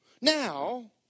now